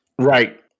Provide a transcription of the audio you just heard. right